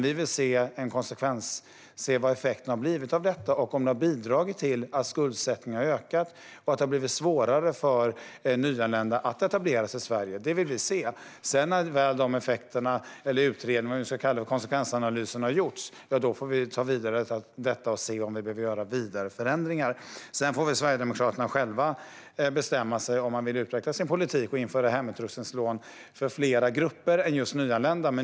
Vi vill se vad effekterna har blivit av förändringarna, om de har bidragit till att skuldsättningen har ökat och om det har blivit svårare för nyanlända att etablera sig i Sverige. När väl konsekvensanalysen har gjorts får vi se om det behöver göras vidare förändringar. Sedan får väl Sverigedemokraterna själva bestämma sig för om de vill utveckla sin politik och införa hemutrustningslån för fler grupper än just nyanlända.